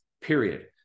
period